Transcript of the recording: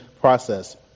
process